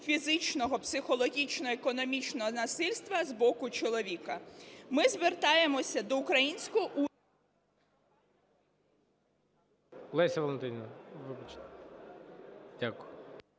фізичного, психологічного і економічного насильства з боку чоловіка. Ми звертаємося до українського уряду…